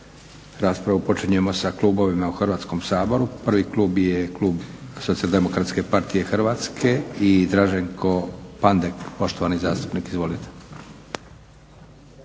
Raspravu počinjemo sa klubovima u Hrvatskom saboru. Prvi klub je klub SDP-a i Draženko Pandek, poštovani zastupnik. Izvolite.